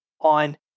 on